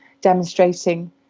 demonstrating